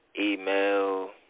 email